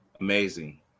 Amazing